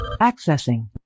Accessing